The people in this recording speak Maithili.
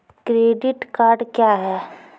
क्रेडिट कार्ड क्या हैं?